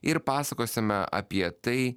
ir pasakosime apie tai